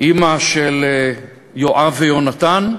אימא של יואב ויונתן,